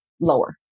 lower